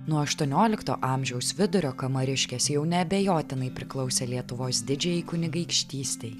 nuo aštuoniolikto amžiaus vidurio kamariškės jau neabejotinai priklausė lietuvos didžiajai kunigaikštystei